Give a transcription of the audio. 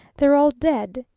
they're all dead